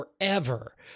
forever